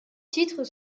titres